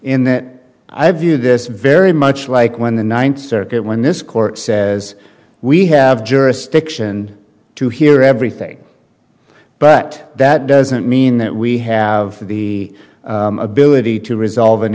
in that i view this very much like when the ninth circuit when this court says we have jurisdiction to hear everything but that doesn't mean that we have the ability to resolve an